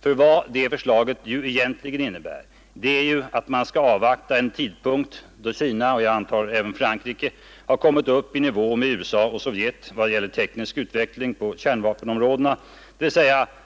För vad det förslaget egentligen innebär är ju att man skall avvakta en tidpunkt då Kina — och jag antar även Frankrike — har kommit upp i nivå med USA och Sovjet när det gäller teknisk utveckling på kärnvapenområdena, dvs.